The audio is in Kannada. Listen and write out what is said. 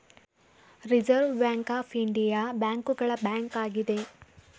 ರಿಸರ್ವ್ ಬ್ಯಾಂಕ್ ಆಫ್ ಇಂಡಿಯಾ ಬ್ಯಾಂಕುಗಳ ಬ್ಯಾಂಕ್ ಆಗಿದೆ